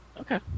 Okay